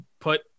put